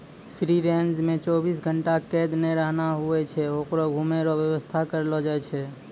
free range मे चौबीस घंटा कैद नै रहना हुवै छै होकरो घुमै रो वेवस्था करलो जाय छै